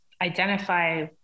identify